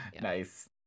nice